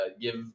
give